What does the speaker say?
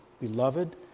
Beloved